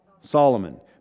Solomon